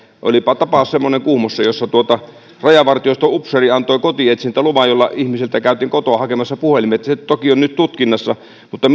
olipa kuhmossa semmoinen tapaus jossa rajavartioston upseeri antoi kotietsintäluvan jolla ihmiseltä käytiin kotoa hakemassa puhelimet se toki on nyt tutkinnassa mutta